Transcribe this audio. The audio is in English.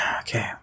okay